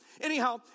Anyhow